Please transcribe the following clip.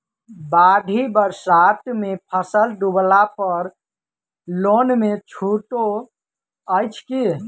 बाढ़ि बरसातमे फसल डुबला पर लोनमे छुटो अछि की